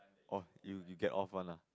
oh you you get off one lah